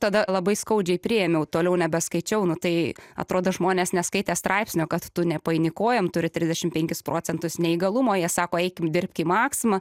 tada labai skaudžiai priėmiau toliau nebeskaičiau nu tai atrodo žmonės neskaitė straipsnio kad tu nepaeini kojom turi trisdešim penkis procentus neįgalumo o jie sako eikim dirbk į maksimą